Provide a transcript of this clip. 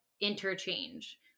interchange